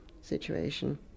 situation